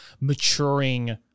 maturing